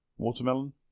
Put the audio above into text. Watermelon